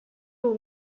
will